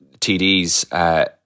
TDs